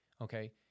Okay